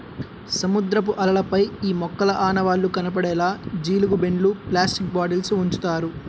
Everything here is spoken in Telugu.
సముద్రపు అలలపై ఈ మొక్కల ఆనవాళ్లు కనపడేలా జీలుగు బెండ్లు, ప్లాస్టిక్ బాటిల్స్ ఉంచుతారు